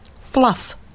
fluff